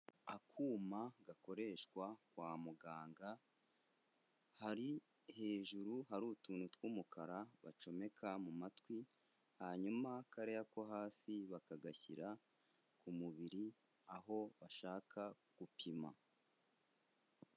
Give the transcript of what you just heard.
Akuma gakoreshwa kwa muganga, hari hejuru hari utuntu tw'umukara bacomeka mu matwi, hanyuma kariya ko hasi bakagashyira ku mubiri aho bashaka gupima.